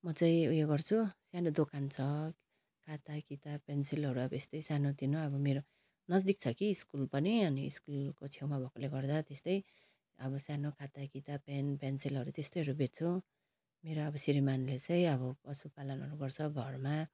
म चाहिँ उयो गर्छु सानो दोकान छ खाता किताब पेन्सिलहरू अब यस्तै सानो तिनो अब मेरो नजिक छ कि स्कुल पनि अनि स्कुलको छेउमा भएकोले गर्दा त्यस्तै अब सानो खाता किताब पेन पेन्सिलहरू त्यस्तैहरू बेच्छु मेरो अब श्रीमानले चाहिँ आबो पशु पालनहरू गर्छ घरमा